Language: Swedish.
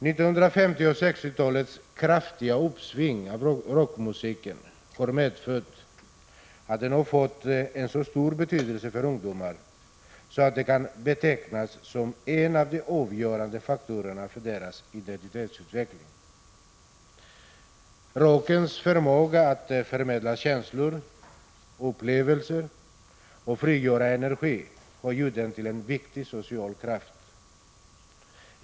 Rockmusikens kraftiga uppsving under 1950 och 1960-talen har medfört att den har fått en så stor betydelse för ungdomarna att den kan betecknas som en av de avgörande faktorerna för deras identitetsutveckling. Rockens förmåga att förmedla känslor och upplevelser och att frigöra energi har gjort den till en viktig social kraft.